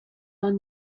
are